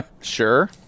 sure